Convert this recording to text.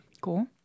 Cool